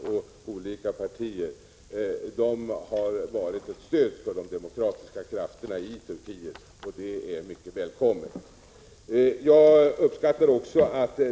Överläggningarna i Punta del Este resulterade i en överenskommelse om nya multilaterala handelsförhandlingar inom GATT -— förhandlingar som skall omfatta såväl handeln med industrioch jordbruksvaror som handeln med tjänster.